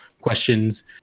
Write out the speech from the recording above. questions